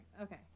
Okay